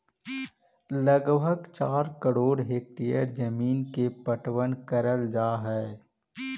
लगभग चार करोड़ हेक्टेयर जमींन के पटवन करल जा हई